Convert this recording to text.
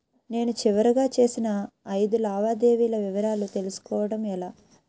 నేను చివరిగా చేసిన ఐదు లావాదేవీల వివరాలు తెలుసుకోవటం ఎలా?